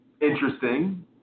interesting